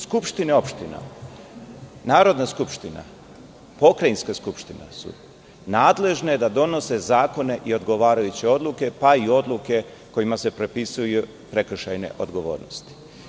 Skupštine opština, Narodna skupština, pokrajinska skupština su nadležne da donose zakone i odgovarajuće odluke, pa i odluke kojima se propisuju prekršajne odgovornosti.